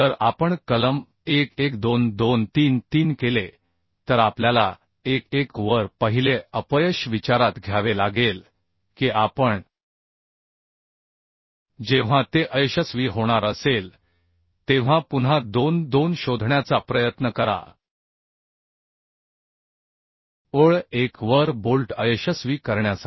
जर आपण कलम 1 1 2 2 3 3 केले तर आपल्याला 1 1 वर पहिले अपयश विचारात घ्यावे लागेल की आपण जेव्हा ते अयशस्वी होणार असेल तेव्हा पुन्हा 2 2 शोधण्याचा प्रयत्न करा ओळ 1 वर बोल्ट अयशस्वी करण्यासाठी